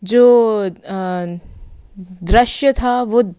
जो दृश्य था वो